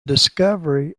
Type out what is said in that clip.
discovery